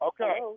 Okay